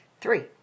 Three